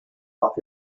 off